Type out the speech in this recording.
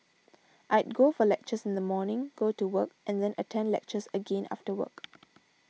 I'd go for lectures in the morning go to work and then attend lectures again after work